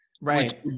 Right